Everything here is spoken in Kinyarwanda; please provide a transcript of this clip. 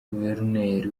guverineri